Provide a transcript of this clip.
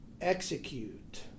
execute